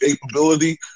capability